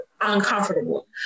uncomfortable